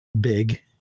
big